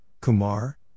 Kumar